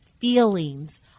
feelings